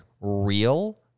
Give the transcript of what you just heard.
real